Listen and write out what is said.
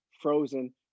frozen